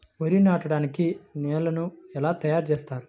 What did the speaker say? వరి నాటడానికి నేలను ఎలా తయారు చేస్తారు?